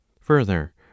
Further